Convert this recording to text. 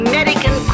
American